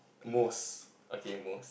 most okay most